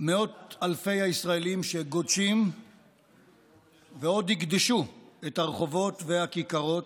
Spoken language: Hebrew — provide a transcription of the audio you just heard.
מאות אלפי הישראלים שגודשים ועוד יגדשו את הרחובות והכיכרות,